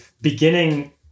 beginning